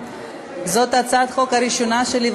זאת הצעת החוק הראשונה שלי,